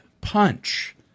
punch